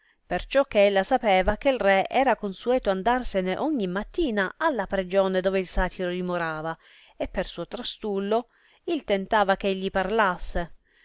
perciò che ella sapeva che re era consueto andarsene ogni mattina alla pregione dove il satiro dimorava e per suo trastullo il tentava che egli parlasse